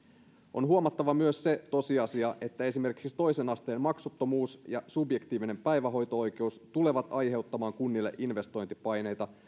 on huomattava myös se tosiasia että esimerkiksi toisen asteen maksuttomuus ja subjektiivinen päivähoito oikeus tulevat aiheuttamaan kunnille investointipaineita